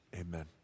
amen